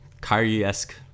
Kyrie-esque